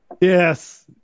Yes